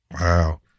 Wow